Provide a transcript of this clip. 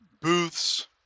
booths